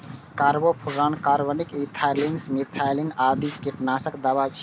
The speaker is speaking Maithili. कार्बोफ्यूरॉन, कार्बरिल, इथाइलिन, मिथाइलिन आदि कीटनाशक दवा छियै